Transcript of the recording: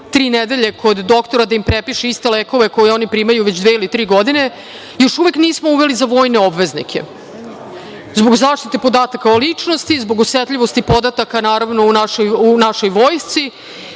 tri nedelje kod doktora da im prepiše iste lekove koje oni primaju već dve ili tri godine. Još uvek nismo uveli za vojne obveznike, zbog zaštite podataka o ličnosti, zbog osetljivosti podataka u našoj vojsci.